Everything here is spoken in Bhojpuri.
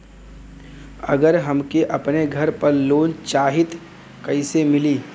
अगर हमके अपने घर पर लोंन चाहीत कईसे मिली?